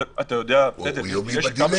הוא יומי בדיליי.